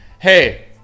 Hey